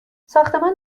ساختمان